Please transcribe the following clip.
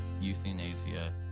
euthanasia